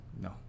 No